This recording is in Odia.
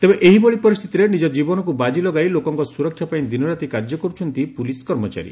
ତେବେ ଏହିଭଳି ପରିସ୍ଥିତିରେ ନିଜ ଜୀବନକୁ ବାଜି ଲଗାଇ ଲୋକଙ୍ଙ ସୁରକ୍ଷା ପାଇଁ ଦିନରାତି କାର୍ଯ୍ୟ କରୁଛନ୍ତି ପୁଲିସ କର୍ମଚାରୀ